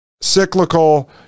cyclical